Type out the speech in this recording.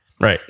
right